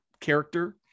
character